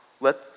let